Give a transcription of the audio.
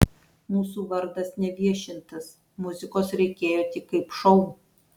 mūsų vardas neviešintas muzikos reikėjo tik kaip šou